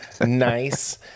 nice